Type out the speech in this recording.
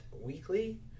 Weekly